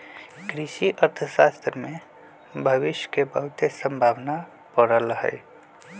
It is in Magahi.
कृषि अर्थशास्त्र में भविश के बहुते संभावना पड़ल हइ